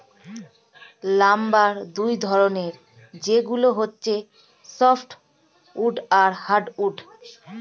lumber দুই ধরনের, সেগুলো হচ্ছে সফ্ট উড আর হার্ড উড